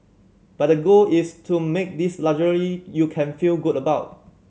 but the goal is to make this luxury you can feel good about